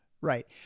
Right